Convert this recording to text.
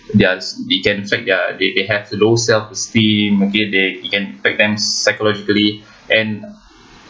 their it can effect their they they have low self esteem okay they it can affect them psychologically and